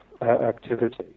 activity